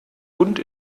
und